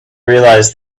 realise